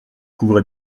couvrez